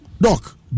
Doc